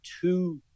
two